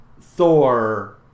Thor